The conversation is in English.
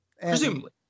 Presumably